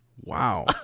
Wow